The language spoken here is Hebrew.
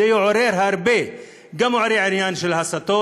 זה יעורר הרבה, גם יעורר הרבה עניין של הסתות,